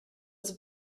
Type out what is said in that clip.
was